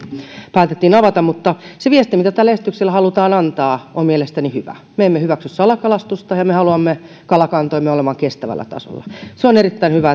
päätettiin avata mutta se viesti mitä tällä esityksellä halutaan antaa on mielestäni hyvä me emme hyväksy salakalastusta ja me haluamme kalakantojemme olevan kestävällä tasolla se on erittäin hyvä ja